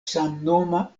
samnoma